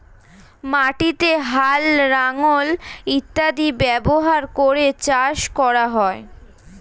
মাটিতে হাল, লাঙল ইত্যাদি ব্যবহার করে চাষ করা হয়